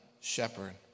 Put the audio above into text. shepherd